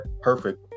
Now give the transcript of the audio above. perfect